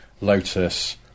Lotus